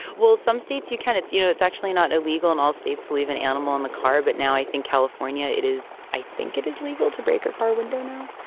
well some states you can it's you know it's actually not illegal and all states leave an animal in the car. but now i think california it is. i think it is legal to break a car window. no.